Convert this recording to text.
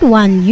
one